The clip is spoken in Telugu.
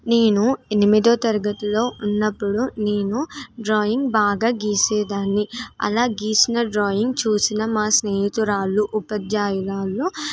నేను ఎనిమిదో తరగతిలో ఉన్నప్పుడు నేను డ్రాయింగ్ బాగా గీసేదాన్ని అలా గీసిన డ్రాయింగ్ చూసిన మా స్నేహితురాళ్ళు ఉపాద్యాయురాలు